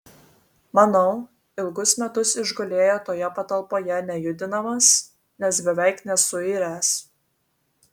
manau ilgus metus išgulėjo toje patalpoje nejudinamas nes beveik nesuiręs